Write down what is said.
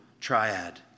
triad